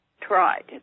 tried